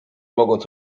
mogąc